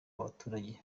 abaturage